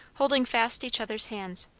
holding fast each other's hands.